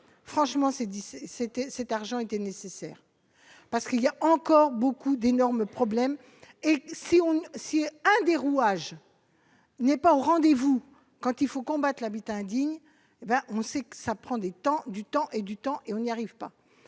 10 c'était cet argent était nécessaire parce qu'il y a encore beaucoup d'énormes problèmes et si on ne si un des rouages n'est pas au rendez-vous quand il faut combattre l'habitat indigne, hé ben on sait que ça prend du temps, du temps et du temps et on n'y arrive pas,